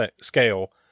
scale